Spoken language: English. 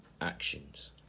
actions